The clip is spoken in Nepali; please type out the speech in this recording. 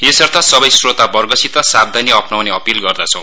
यसर्थ सबै श्रोतावर्गसित सावधानी अपनाउने अपील गर्दछौ